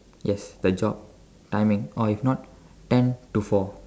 yes the job timing or if not ten to four